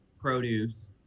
produce